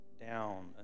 down